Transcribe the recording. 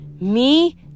Me